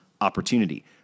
opportunity